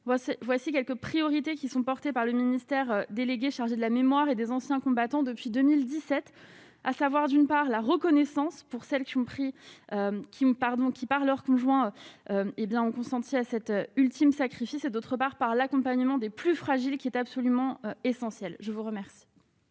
voici quelques priorités qui sont portées par le ministère délégué chargé de la mémoire et des anciens combattants, depuis 2017, à savoir d'une part la reconnaissance pour celles qui ont pris qui, pardon, qui par leur conjoint, hé bien ont consenti à cet ultime sacrifice et d'autre part par l'accompagnement des plus fragiles et qui est absolument essentiel, je vous remercie.